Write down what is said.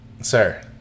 Sir